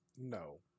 no